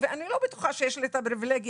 ואני לא בטוחה שיש לי את הפריבילגיה,